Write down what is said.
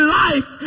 life